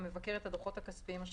המבקר את הדוחות הכספיים השנתיים,